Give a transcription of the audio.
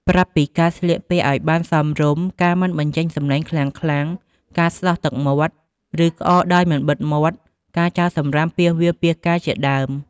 ប្រាប់់ពីការស្លៀកពាក់ឱ្យបានសមរម្យ ការមិនបញ្ចេញសំឡេងខ្លាំងៗ ការស្ដោះទឹកមាត់ ឬក្អកដោយមិនបិទមាត់ការចោលសំរាមពាសវាលពាសកាលជាដើម។